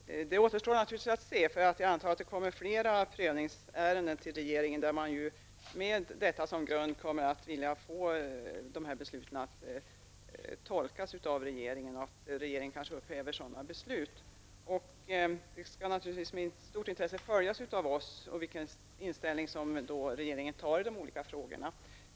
Herr talman! Det återstår naturligtvis att se. Jag antar att det kommer flera prövningsärenden till regeringen. Med det inträffade som grund kommer man kanske att vilja få fram den tolkningen att regeringen kräver sådana här beslut. Vi skall naturligtvis med stort intresse följa den inställning som regeringen ger uttryck för i de olika frågorna.